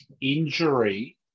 injury